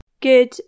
Good